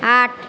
আট